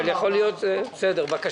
אבל הוא כתב את זה, בשל היעדר תקנות.